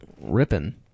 ripping